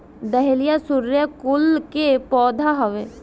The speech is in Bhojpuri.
डहेलिया सूर्यकुल के पौधा हवे